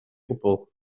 gwbl